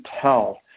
tell